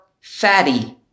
fatty